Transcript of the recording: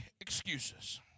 excuses